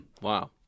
Wow